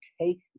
take